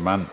Herr talman!